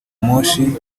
moshi